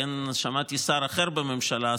שמעתי שר אחר בממשלה,